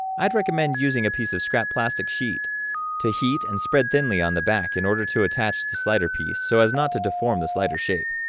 i'd recommend using a piece of scrap plastic sheet to heat and spread thinly on the back in order to attach the slider piece so as not to deform the slider shape.